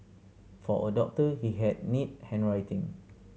for a doctor he had neat handwriting